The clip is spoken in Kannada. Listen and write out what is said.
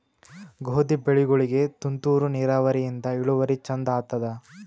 ಗೋಧಿ ಬೆಳಿಗೋಳಿಗಿ ತುಂತೂರು ನಿರಾವರಿಯಿಂದ ಇಳುವರಿ ಚಂದ ಆತ್ತಾದ?